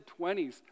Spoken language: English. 20s